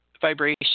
vibration